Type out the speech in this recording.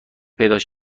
پیداش